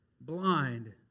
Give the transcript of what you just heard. blind